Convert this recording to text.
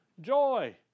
Joy